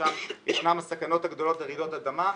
שם יש את הסכנות הגדולות לרעידות אדמה.